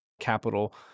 capital